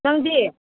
ꯅꯪꯗꯤ